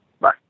Bye